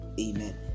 amen